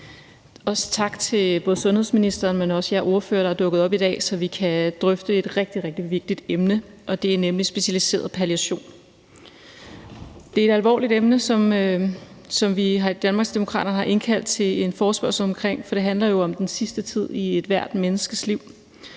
Også tak til både sundhedsministeren og de ordførere, der er dukket op i dag, så vi kan drøfte et rigtig, rigtig vigtigt emne, for det er nemlig specialiseret palliation. Det er et alvorligt emne, som vi i Danmarksdemokraterne har indkaldt til en forespørgsel om, for det handler jo om den sidste tid i ethvert menneskes liv.